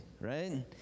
right